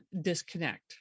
disconnect